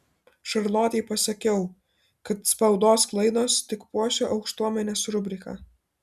šarlotei pasakiau kad spaudos klaidos tik puošia aukštuomenės rubriką